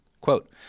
Quote